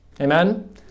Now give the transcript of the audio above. Amen